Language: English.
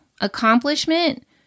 accomplishment